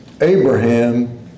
Abraham